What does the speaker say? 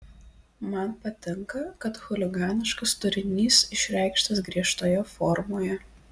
man patinka kad chuliganiškas turinys išreikštas griežtoje formoje